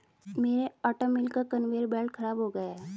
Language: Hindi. मेरे आटा मिल का कन्वेयर बेल्ट खराब हो गया है